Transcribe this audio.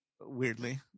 Weirdly